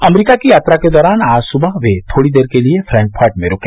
अमरीका की यात्रा के दौरान आज सुबह वे थोड़ी देर के लिए फ्रैंकफर्ट में रूके